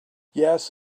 yet